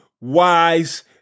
wise